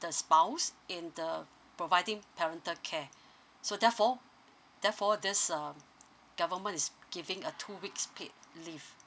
the spouse in the providing parental care okay so therefore therefore this um government is giving a two weeks paid leave